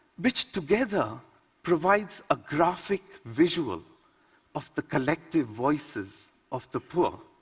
which together provides a graphic visual of the collective voices of the poor.